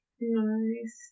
nice